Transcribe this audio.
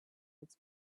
its